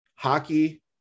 Hockey